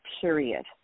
period